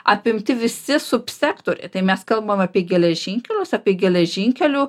apimti visi subsektoriai tai mes kalbam apie geležinkelius apie geležinkelių